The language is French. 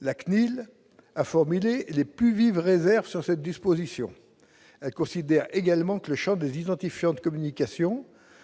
la CNIL a formulé les plus vives réserves sur cette disposition, elle considère également que le Champ des identifiants de communications